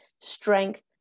strength